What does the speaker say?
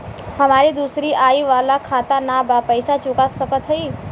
हमारी दूसरी आई वाला खाता ना बा पैसा चुका सकत हई?